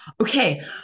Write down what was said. okay